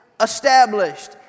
established